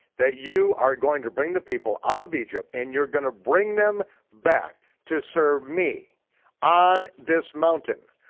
that you are going to bring the people out of egypt and you're gonna bring them back to serve me on this mountain,